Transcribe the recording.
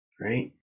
Right